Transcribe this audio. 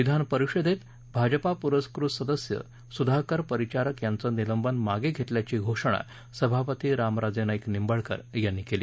विधान परिषदेत भाजपा पुरस्कृत सदस्य सुधाकर परिचारक यांचं निलंबन मागे घेतल्याची घोषणा सभापती रामराजे नाईक निंबाळकर यांनी केली